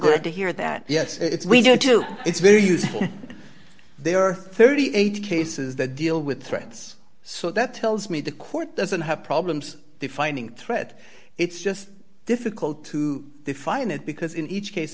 glad to hear that yes it's we do it's very useful there are thirty eight cases that deal with threats so that tells me the court doesn't have problems defining threat it's just difficult to define it because in each case